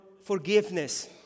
forgiveness